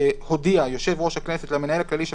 הודיע יושב ראש הכנסת למנהל הכללי של